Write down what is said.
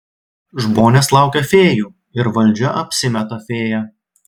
žmonės laukia fėjų ir valdžia apsimeta fėja